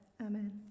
Amen